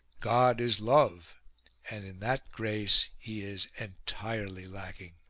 god is love and in that grace he is entirely lacking.